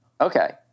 Okay